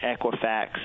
Equifax